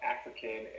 African